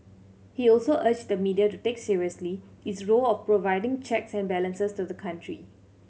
he also urged the media to take seriously its role of providing checks and balances to the country